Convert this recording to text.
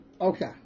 Okay